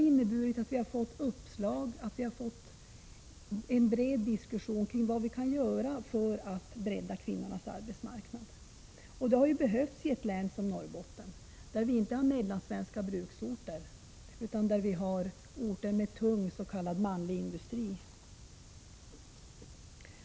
Vi har fått uppslag, och en bred diskussion kring vad vi kan göra för att bredda kvinnornas arbetsmarknad har förts. Det har behövts i ett län som Norrbotten, där vi inte har bruksorter som i Mellansverige, utan orter med tung s.k. manlig industri.